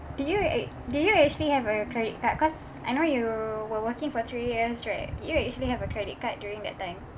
did you act~ did you actually have a credit card cause I know you were working for three years right did you actually have a credit card during that time